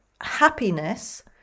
happiness